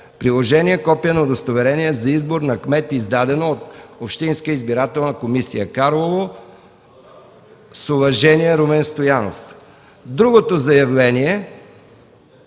Приложение: Копие на удостоверение за избор на кмет, издадено от Общинска избирателна комисия – Карлово. С уважение – Румен Стоянов”. Другото заявление